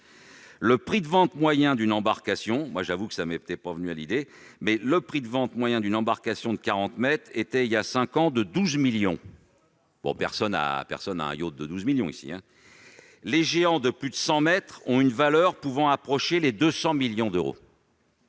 le prix de vente moyen d'une embarcation de 40 mètres était, il y a cinq ans, de douze millions. Les géants de plus de 100 mètres ont une valeur pouvant approcher les 200 millions d'euros.